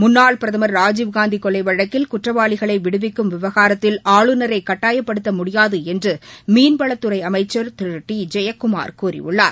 முன்ளாள் பிரதமர் ராஜீவ்காந்தி கொலைவழக்கில் குற்றவாளிகளை விடுவிக்கும் விவகாரத்தில் ஆளுநரை கட்டாயப்படுத்த முடியாது என்று மீன்வளத்துறை அமைச்சர் திரு டி ஜெயக்குமார் கூறியுள்ளார்